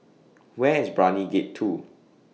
Where IS Brani Gate two